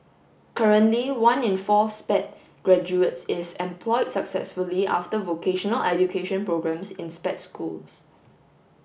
currently one in four Sped graduates is employed successfully after vocational education programmes in Sped schools